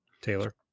Taylor